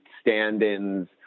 stand-ins